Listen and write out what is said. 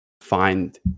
find